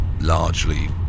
largely